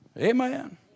Amen